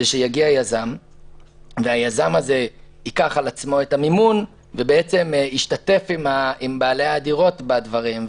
זה שיגיע יזם שייקח על עצמו את המימון וישתתף עם בעלי הדירות בדברים,